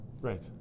Right